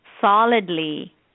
solidly